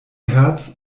herz